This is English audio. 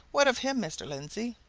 what of him, mr. lindsey?